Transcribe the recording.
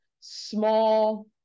small